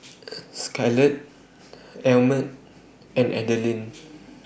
Skyler Almer and Adalynn